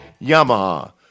Yamaha